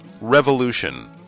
Revolution